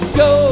go